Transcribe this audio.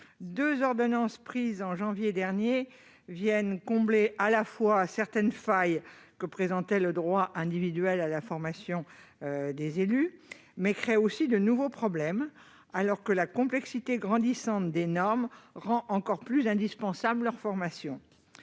Deux ordonnances prises en janvier dernier viennent, à la fois, combler certaines failles que présentait le droit individuel à la formation des élus (DIFE) et créer de nouveaux problèmes, alors que la complexité grandissante des normes rend encore plus indispensable cette formation.